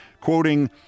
quoting